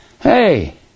Hey